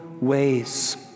ways